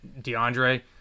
DeAndre